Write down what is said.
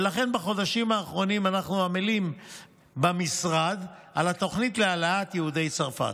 ולכן בחודשים האחרונים אנחנו עמלים במשרד על התוכנית להעלאת יהודי צרפת.